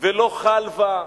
ולא חלבה.